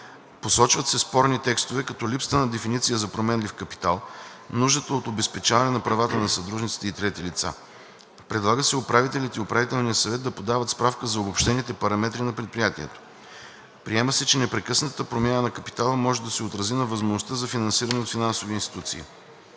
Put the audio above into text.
Посочват се спорни текстове, като липсата на дефиниция за „променлив капитал“, нуждата от обезпечаване на правата на съдружниците и трети лица. Предлага се управителят и управителният съвет да подават справка за обобщените параметри на предприятието. Приема се, че непрекъснатата промяна на капитала може да се отрази на възможността за финансиране от финансови институции.